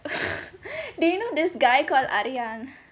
do you know this guy call aryan